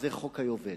וזה חוק היובל.